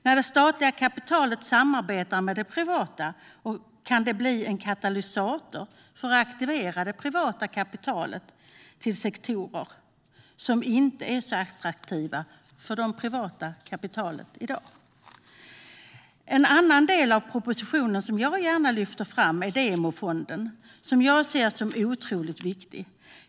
När det statliga kapitalet samarbetar med det privata kan det bli en katalysator för att aktivera det privata kapitalet till sektorer som inte är så attraktiva för det i dag. En annan del av propositionen jag gärna lyfter fram är demofonden, som jag ser som otroligt viktig.